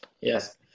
Yes